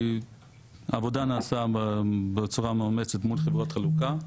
העבודה נעשתה בצורה מאומצת מול חברות החלוקה.